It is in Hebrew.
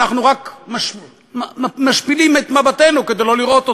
ואנחנו רק משפילים את מבטנו כדי לא לראות אותם,